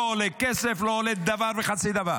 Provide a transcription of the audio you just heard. לא עולה כסף, לא עולה דבר וחצי דבר.